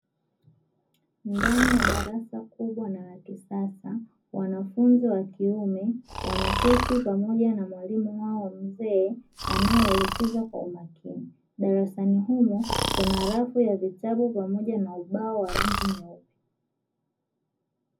Ndani ya darasa kubwa na la kisasa wanafunzi wakiume wameketi pamoja na mwalimu wao mzee anaye waelekeza kwa umakini, darasani humo kuna rafu ya vitabu pamoja na ubao wa rangi nyeupe.